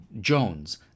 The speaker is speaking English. Jones